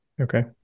Okay